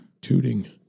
Tooting